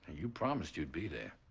you promised you'd be there.